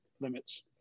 limits